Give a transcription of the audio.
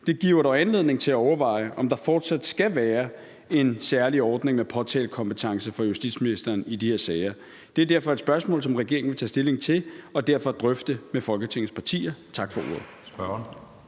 giver dog anledning til at overveje, om der fortsat skal være en særlig ordning med påtalekompetence for justitsministeren i de her sager. Det er derfor et spørgsmål, som regeringen vil tage stilling til og derfor drøfte med Folketingets partier. Tak for ordet.